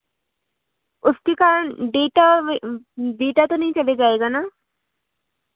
उसके कारण data data तो नहीं चले जाएगा ना